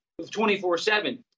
24-7